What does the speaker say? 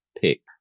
pick